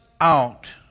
Out